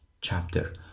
chapter